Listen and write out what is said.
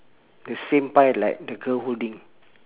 the same pie like the girl holding